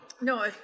No